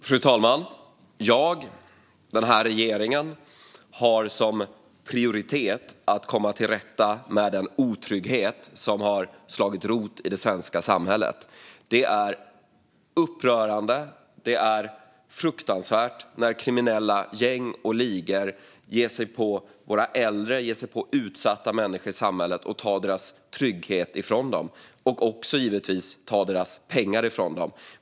Fru talman! Jag och regeringen har som prioritet att komma till rätta med den otrygghet som har slagit rot i det svenska samhället. Det är upprörande och fruktansvärt när kriminella gäng och ligor ger sig på våra äldre och utsatta människor i samhället och tar deras trygghet och pengar ifrån dem.